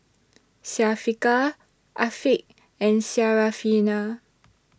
Syafiqah Afiq and Syarafina